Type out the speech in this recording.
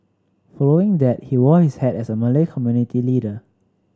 following that he wore his hat as a Malay community leader